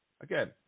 again